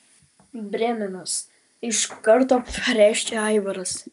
brėmenas iš karto pareiškė aivaras